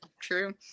true